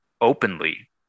openly